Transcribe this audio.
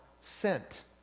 sent